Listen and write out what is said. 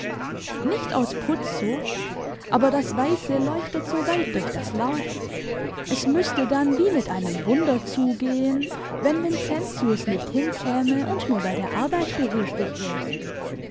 nicht aus putzsucht aber das weiße leuchtet so weit durch das laub es müßte dann wie mit einem wunder zugehen wenn vincentius nicht hinkäme und mir bei der arbeit behilflich wäre